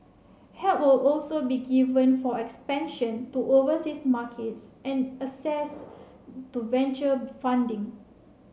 help will also be given for expansion to overseas markets and access to venture funding